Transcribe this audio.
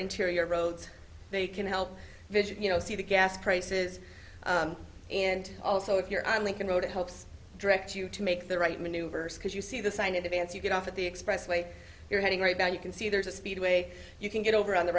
interior roads they can help you know see the gas prices and also if you're on lincoln road it helps direct you to make the right maneuver because you see the sign advance you get off of the expressway you're heading right now you can see there's a speed way you can get over on the